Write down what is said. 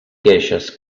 queixes